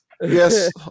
yes